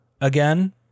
again